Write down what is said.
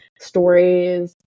stories